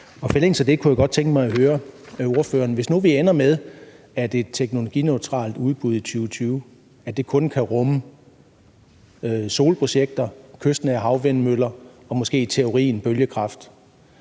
Og i forlængelse af det kunne jeg godt tænke mig at høre ordføreren: Hvis nu det ender med, at et teknologineutralt udbud i 2020 kun kan rumme solprojekter og kystnære havvindmøller og måske i teorien bølgekraft